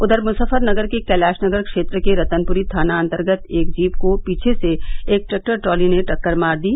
उधर मुजफ्फरनगर के कैलाशनगर क्षेत्र के रतनपुरी थानान्तर्गत एक जीप को पीछे से एक ट्रैक्टर ट्राली ने टक्कर मार दी